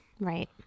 Right